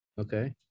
Okay